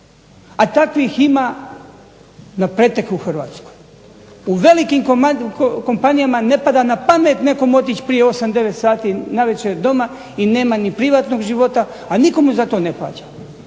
A takvih ima napretek u Hrvatskoj. U velikim kompanijama ne pada na pamet nekom otići prije 8, 9 sati navečer doma i nema ni privatnog života,a nitko mu za to ne plaća.